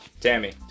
Tammy